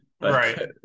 Right